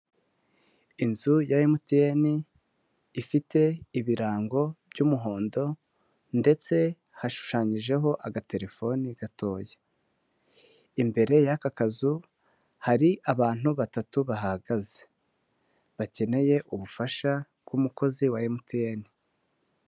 Inzu ya emutiyene ifite ibirango by'umuhondo ndetse hashushanyijeho agatelefoni gatoya. Imbere y'aka kazu hari abantu batatu bahagaze bakeneye ubufasha bw'umukozi wa emutiyene.